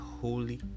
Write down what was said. holy